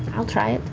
i'll try it.